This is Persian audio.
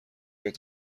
کرد